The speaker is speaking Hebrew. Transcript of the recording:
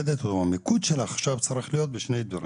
המיקוד שלך עכשיו צריך להיות בשני דברים: